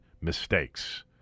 mistakes